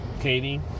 Katie